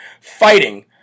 fighting